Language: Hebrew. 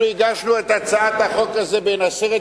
אנחנו הגשנו את הצעת החוק הזאת בין עשרת